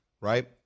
right